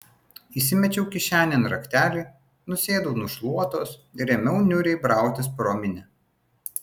įsimečiau kišenėn raktelį nusėdau nu šluotos ir ėmiau niūriai brautis pro minią